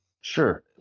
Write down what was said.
Sure